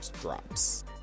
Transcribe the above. drops